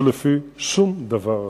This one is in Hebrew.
ולא לפי שום דבר אחר.